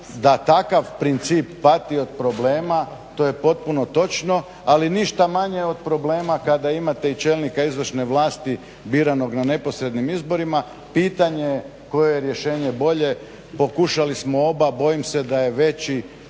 da taka princip pati od problema. To je potpuno točno, ali ništa manje od problema kada imate i čelnika izvršne vlasti biranog na neposrednim izborima pitanje koje je rješenje bolje. Pokušali smo oba. Bojim se da je veći